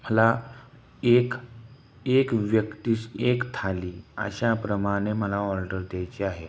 मला एक एक व्यक्तीस एक थाली अशाप्रमाणे मला ऑर्डर द्यायची आहे